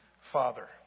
father